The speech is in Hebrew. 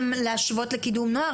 להשוות לקידום נוער?